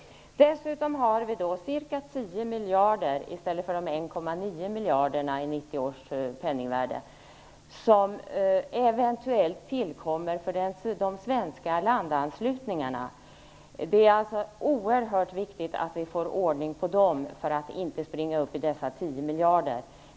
Dessutom har vi de ca 10 miljarder - i stället för 1,9 miljarder i 1990 års penningvärde - som eventuellt tillkommer för de svenska landanslutningarna. Det är alltså oerhört viktigt att vi får ordning på dem, så att kostnaden inte springer upp i 10 miljarder.